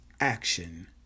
action